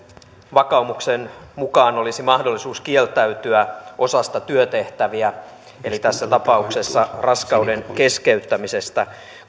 vakaumuksen mukaan olisi mahdollisuus kieltäytyä osasta työtehtäviä eli tässä tapauksessa raskauden keskeyttämisestä